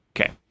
Okay